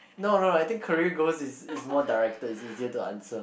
no no no I think career goals is is more directed is easier to answer